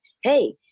hey